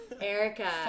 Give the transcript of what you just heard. Erica